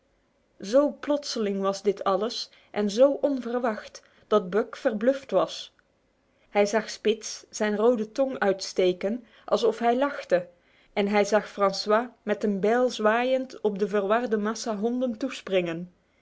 zo plotseling was dit alles en zo onverwacht dat buck verbluft was hij zag spitz zijn rode tong uitsteken alsof hij lachte en hij zag francois met een bijl zwaaiend op de verwarde massa honden toespringen